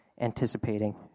anticipating